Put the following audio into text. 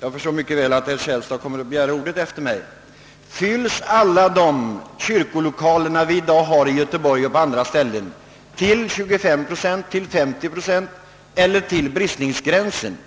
Jag förstår mycket väl att herr Källstad kommer att begära ordet efter mig, och jag skulle därför vilja ställa en fråga till honom: Är alla dessa kyrkor som vi i dag har i Göteborg och på andra ställen fyllda till 25 procent, till 50 procent eller till bristningsgränsen?